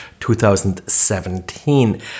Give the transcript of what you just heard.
2017